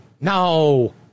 no